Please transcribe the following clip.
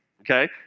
Okay